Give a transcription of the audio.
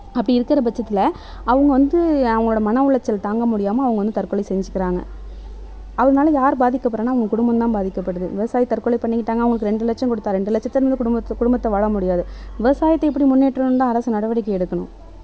அப்படி இருக்கிற பட்சத்தில் அவங்க வந்து அவங்களோட மன உளச்சல் தாங்க முடியாமல் அவங்க வந்து தற்கொலை செஞ்சுக்கிறாங்க அதனால யாரு பாதிக்கப்படறாங்கனா அவங்க குடும்பந்தான் பாதிக்கப்படுது விவசாயி தற்கொலை பண்ணிக்கிட்டாங்க அவங்களுக்கு ரெண்டு லட்சம் கொடுத்தா ரெண்டு லட்சத்தை நீங்கள் குடும்பத் குடும்பத்தை வாழ முடியாது விவசாயத்தை எப்படி முன்னேற்றணும் தான் அரசு நடவடிக்கை எடுக்கணும்